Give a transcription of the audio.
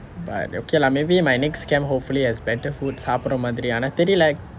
but okay lah maybe my next camp hopefully has better food சாப்பிடுற மாதிரி ஆனா தெரியில்லே:sapidura maathiri aana theriyillae